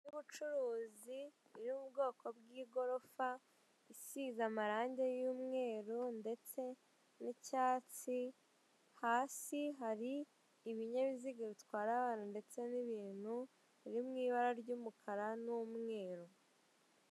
Inzu y'ubucuruzi iri mu bwoko bw'igorofa isize amarangi y'umweru ndetse n'icyatsi, hasi hari ibinyabiziga bitwara abantu ndetse n'ibintu biri mu ibara ry'umukara n'umweru.